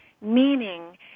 meaning